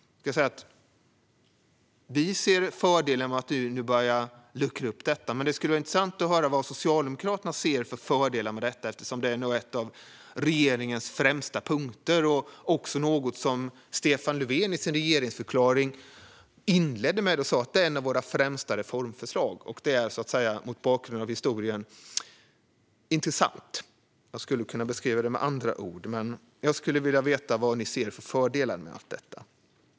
Vi ser fördelar med att man nu börjar luckra upp detta, men det skulle vara intressant att höra vad Socialdemokraterna ser för fördelar med detta eftersom det nog är en av regeringens främsta punkter och också något som Stefan Löfven inledde sin regeringsförklaring med att säga är ett av de främsta reformförslagen. Det är mot bakgrund av historien intressant - jag skulle kunna beskriva det med andra ord också. Jag skulle vilja veta vad ni ser för fördelar med allt detta.